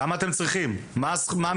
כמה אתם צריכים, מה המספר.